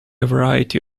variety